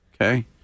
Okay